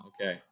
okay